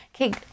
okay